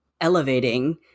elevating